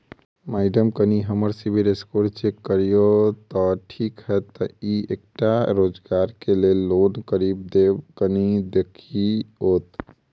Madam कनि हम्मर CIBIL score check करियो तेँ ठीक हएत ई तऽ एकटा रोजगार केँ लैल लोन करि देब कनि देखीओत?